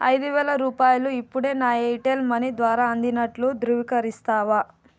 ఐదు వేల రూపాయలు ఇప్పుడే నా ఎయిర్టెల్ మనీ ద్వారా అందినట్లు ధృవికరిస్తావా